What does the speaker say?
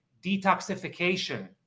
detoxification